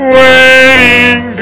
waiting